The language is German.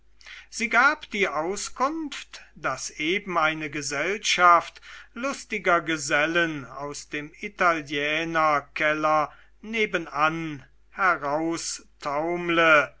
sie gab die auskunft daß eben eine gesellschaft lustiger gesellen aus dem italienerkeller nebenan